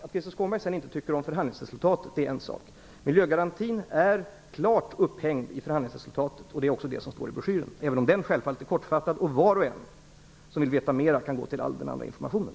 Att Krister Skånberg inte tycker om förhandlingsresultatet är en sak. Miljögarantin är klart avhängig av förhandlingsresultatet, och det står också i broschyren, även om broschyren självfallet är kortfattad. Var och en som vill veta mera kan gå till den allmänna informationen.